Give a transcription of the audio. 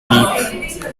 leap